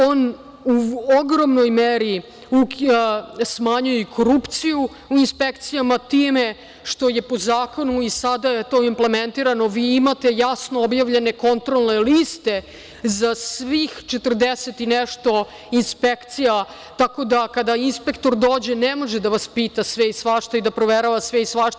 On u ogromnoj meri smanjuje korupciju inspekcijama time što je po zakonu, i sada je to implementiramo, imate jasno objavljene kontrolne liste za svih 40 i nešto inspekcija, tako da kada inspektor dođe ne može da vas pita sve i svašta i da provera sve i svašta.